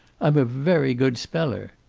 i'm a very good speller.